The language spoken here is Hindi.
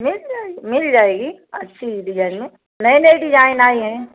मिल जाएगी मिल जाएगी अच्छी डिजाइन में नई नई डिजाइन आई हैं